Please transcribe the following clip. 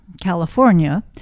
california